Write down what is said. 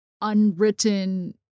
unwritten